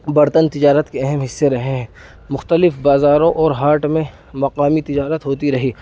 برتن تجارت کے اہم حصے رہے ہیں مختلف بازاروں اور ہاٹ میں مقامی تجارت ہوتی رہی